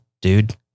dude